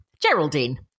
Geraldine